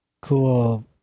cool